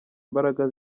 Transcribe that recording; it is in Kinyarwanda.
imbaraga